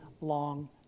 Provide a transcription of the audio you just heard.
long